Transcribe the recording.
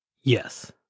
Yes